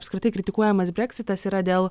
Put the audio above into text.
apskritai kritikuojamas breksitas yra dėl